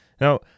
Now